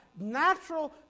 natural